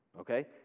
Okay